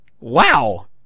Wow